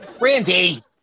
Randy